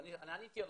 אני עניתי לה